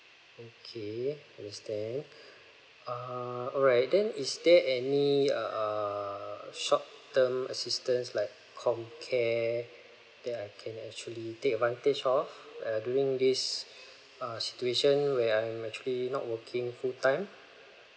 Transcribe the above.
okay understand ah alright then is there any err short term assistance like comcare that I can actually take advantage of uh during this uh situation where I'm actually not working full time